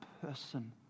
person